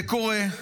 זה קורה,